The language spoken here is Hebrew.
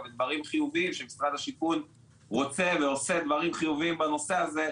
ודברים חיוביים שמשרד השיכון רוצה ועושה דברים חיוביים בנושא הזה,